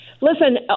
Listen